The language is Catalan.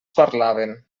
parlaven